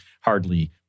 hardly